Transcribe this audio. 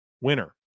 winner